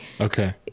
okay